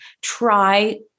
Try